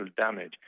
damage